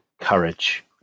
courage